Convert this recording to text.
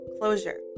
closure